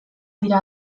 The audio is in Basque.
dira